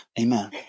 Amen